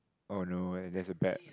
oh no there's a bad